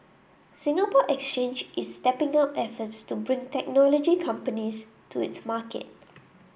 Singapore Exchange is stepping up efforts to bring technology companies to its market